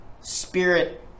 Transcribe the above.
spirit